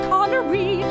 Connery